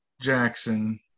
Jackson